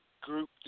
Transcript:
group